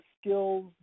skills